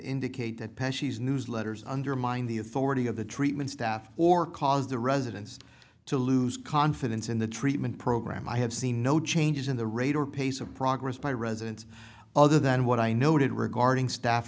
indicate that penn she's newsletters undermine the authority of the treatment staff or cause the residents to lose confidence in the treatment program i have seen no changes in the rate or pace of progress by residents other than what i noted regarding staff